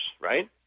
right